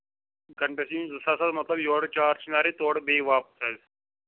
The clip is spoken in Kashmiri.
کَنٹس چھِ دِنۍ زٕ ساس مطلب یورٕ چار چِناری تہٕ تورٕ بیٚیہِ واپَس حظ